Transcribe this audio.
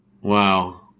Wow